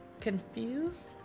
confused